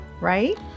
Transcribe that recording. right